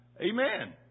Amen